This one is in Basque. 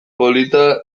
polita